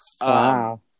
Wow